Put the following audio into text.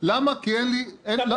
תספר